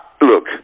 look